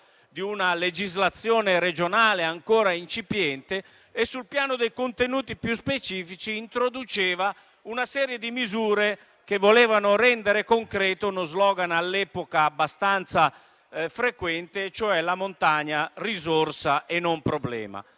di una legislazione regionale ancora incipiente e, sul piano dei contenuti più specifici, introduceva una serie di misure che voleva rendere concreto uno *slogan* all'epoca abbastanza frequente e, cioè, la montagna risorsa e non problema.